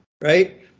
right